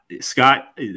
Scott